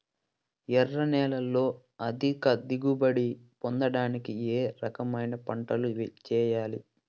ఎర్ర నేలలో అధిక దిగుబడి పొందడానికి ఏ రకమైన పంటలు చేయాలి?